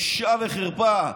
בושה וחרפה.